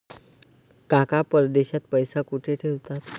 काका परदेशात पैसा कुठे ठेवतात?